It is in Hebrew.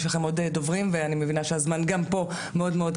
אני מבינה שהזמן פה קצר,